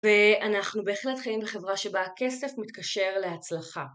ואנחנו בהחלט חיים בחברה שבה הכסף מתקשר להצלחה.